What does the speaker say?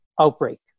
outbreak